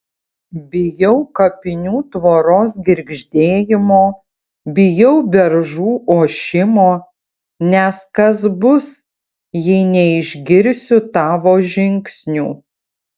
bijau kapinių tvoros girgždėjimo bijau beržų ošimo nes kas bus jei neišgirsiu tavo žingsnių